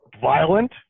violent